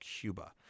Cuba